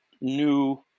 new